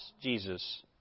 Jesus